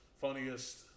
funniest